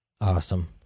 Awesome